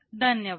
धन्यवाद